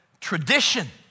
tradition